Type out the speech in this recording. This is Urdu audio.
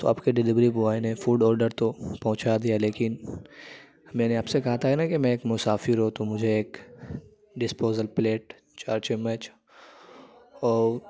تو آپ کے ڈلیوری بوائے نے فوڈ آڈر تو پہنچا دیا لیکن میں نے آپ سے کہا تھا نا کہ میں ایک مسافر ہوں تو مجھے ایک ڈسپوزل پلیٹ چار چمچ اور